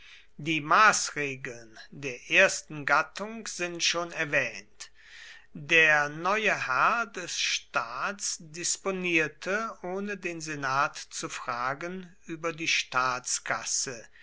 die maßregeln der ersten gattung sind schon erwähnt der neue herr des staats disponierte ohne den senat zu fragen über die staatskasse